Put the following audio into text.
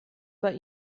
bei